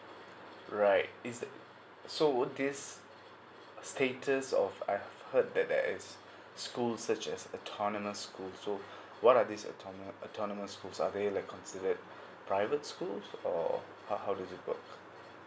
right it's the so would this status of I've heard that there is school such as a tournament school so what are this a tournament a tournament schools are is they like considered private school or uh how does it work